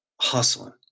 hustling